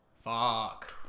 Fuck